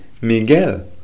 Miguel